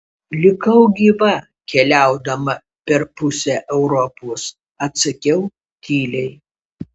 likau gyva keliaudama per pusę europos atsakiau tyliai